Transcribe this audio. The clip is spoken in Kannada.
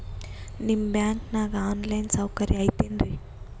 ನಿಮ್ಮ ಬ್ಯಾಂಕನಾಗ ಆನ್ ಲೈನ್ ಸೌಕರ್ಯ ಐತೇನ್ರಿ?